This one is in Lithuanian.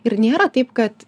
ir nėra taip kad